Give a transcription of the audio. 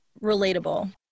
relatable